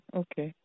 okay